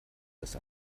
das